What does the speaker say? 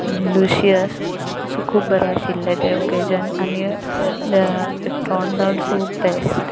luscious so खूब बरें आशिल्लें ते ओकेजन आनी it turned out so best